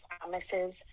promises